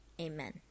Amen